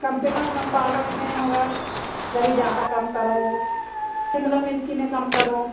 कम से कम पालक में होगा ज़्यादा कम करो सिमला मिर्ची में कम करो